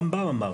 הרמב"ם אמר.